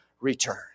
return